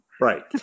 Right